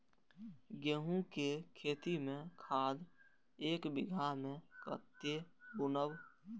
गेंहू के खेती में खाद ऐक बीघा में कते बुनब?